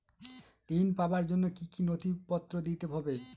ঋণ পাবার জন্য কি কী নথিপত্র দিতে হবে?